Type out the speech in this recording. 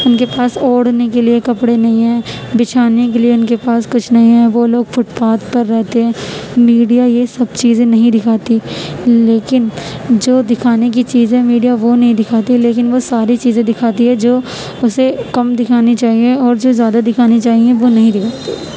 ان کے پاس اوڑھنے کے لیے کپڑے نہی ہیں بچھانے کے لیے ان کے پاس کچھ نہی ہیں وہ لوگ فٹ پاتھ پر رہتے ہیں میڈیا یہ سب چیزیں نہیں دکھاتی لیکن جو دکھانے کی چیزیں میڈیا وہ نہیں دکھاتی لیکن وہ ساری چزیں دکھاتی ہے جو اسے کم دکھانی چاہیے اور جو زیادہ دکھانی چاہیے وہ نہیں دکھاتی